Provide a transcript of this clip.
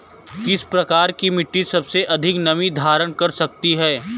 किस प्रकार की मिट्टी सबसे अधिक नमी धारण कर सकती है?